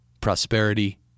prosperity